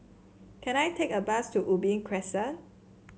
can I take a bus to Ubi Crescent